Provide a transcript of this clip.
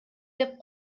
деп